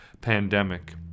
pandemic